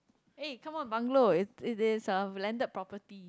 eh come on bungalow it it is a landed property